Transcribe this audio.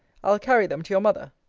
i'll carry them to your mother.